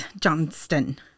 Johnston